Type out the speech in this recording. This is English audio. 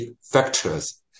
factors